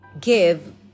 give